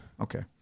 Okay